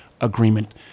agreement